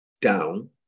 down